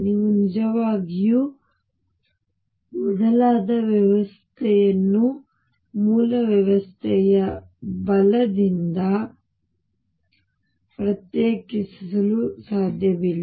ನೀವು ನಿಜವಾಗಿಯೂ ಬದಲಾದ ವ್ಯವಸ್ಥೆಯನ್ನು ಮೂಲ ವ್ಯವಸ್ಥೆಯ ಬಲದಿಂದ ಪ್ರತ್ಯೇಕಿಸಲು ಸಾಧ್ಯವಿಲ್ಲ